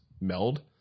meld